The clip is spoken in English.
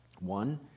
One